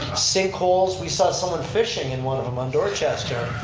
sink holes, we saw someone fishing in one of em on dorchester.